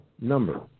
number